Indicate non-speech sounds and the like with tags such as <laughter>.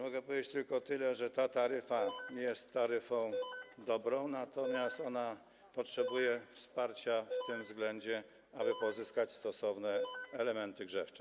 Mogę powiedzieć tylko tyle, że ta taryfa <noise> jest taryfą dobrą, natomiast ona potrzebuje wsparcia w tym względzie, aby pozyskać stosowne elementy grzewcze.